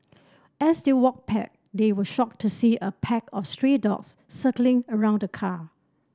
as they walked pack they were shocked to see a pack of stray dogs circling around the car